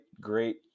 great